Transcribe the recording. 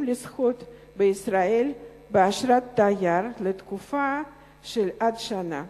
לשהות בישראל באשרת תייר לתקופה של עד שנה.